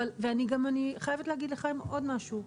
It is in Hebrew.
ואני גם חייבת להגיד לכם עוד משהו,